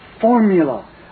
formula